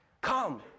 Come